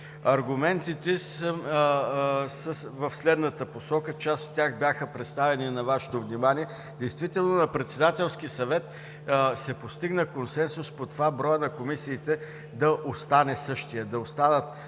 Аргументите са в следната посока, част от тях бяха представени на Вашето внимание. Действително на Председателски съвет се постигна консенсус по това броят на комисиите да остане същият – да останат 23